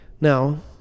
Now